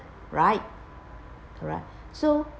right right so